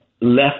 left